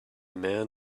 man